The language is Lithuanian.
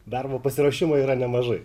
darbo pasiruošimo yra nemažai